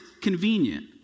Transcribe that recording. convenient